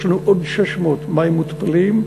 יש לנו עוד 600 מים מותפלים,